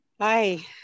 Hi